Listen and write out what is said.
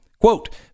Quote